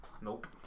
Nope